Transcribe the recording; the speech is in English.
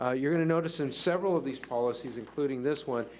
ah you're gonna notice in several of these policies, including this one,